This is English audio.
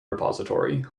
repository